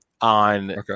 on